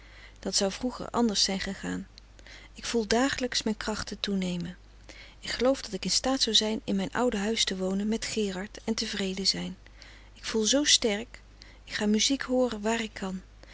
dat zou vroeger anders zijn gegaan ik voel dagelijks mijn krachten toenemen ik geloof dat ik in staat zou zijn in mijn oude huis te wonen met gerard en tevreden zijn ik voel zoo sterk ik ga muziek hooren waar ik kan